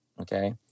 okay